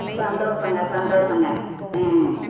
சந்தோஷம்ங்க சந்தோஷம்ங்க ஆ